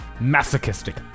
Masochistic